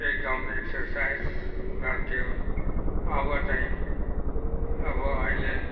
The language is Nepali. एकदम एक्सर्साइज गर्थ्यौँ अब चाहिँ अब अहिले